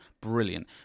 brilliant